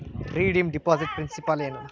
redeem deposit principal ಏನು